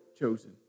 chosen